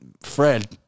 Fred